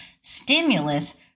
stimulus